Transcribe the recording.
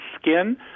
skin